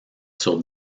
sur